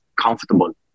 comfortable